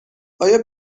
آیا